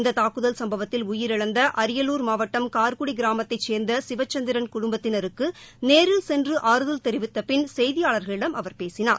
இந்த தாக்குதல் சம்பவத்தில் உயிரிழந்த அரியலூர் மாவட்டம் கார்குடி கிராமத்தைச் சேர்ந்த சிவச்சந்திரன் குடும்பத்தினருக்கு நேரில் சென்று ஆறுதல் தெரிவித்த பின் செய்தியாளர்களிடம் அவர் பேசினார்